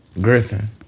Griffin